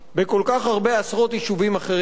בכל כך הרבה עשרות יישובים אחרים,